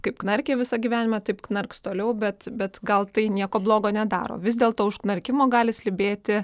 kaip knarkė visą gyvenimą taip knarks toliau bet bet gal tai nieko blogo nedaro vis dėlto už knarkimo gali slypėti